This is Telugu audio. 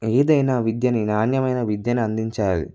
ఏదైనా విద్యని నాణ్యమైన విద్యను అందించాలి